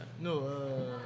No